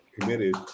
committed